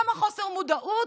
כמה חוסר מודעות,